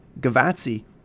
Gavazzi